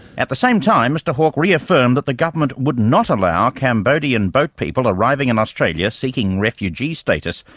at the same time, mr hawke reaffirmed that the government would not allow cambodian boat people arriving in australia seeking refugee status,